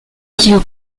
kilos